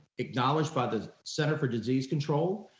acknowledged by the center for disease control.